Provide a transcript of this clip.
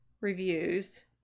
reviews